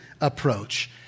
approach